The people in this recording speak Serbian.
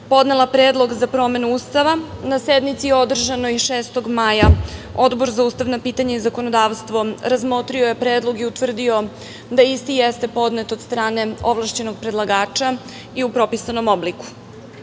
podnela Predlog za promenu Ustava. Na sednici održanoj 6. maja Odbor za ustavna pitanja i zakonodavstvo razmotrio je Predlog i utvrdio da isti jeste podnet od strane ovlašćenog predlagača i u propisanom obliku.